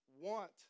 want